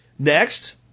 Next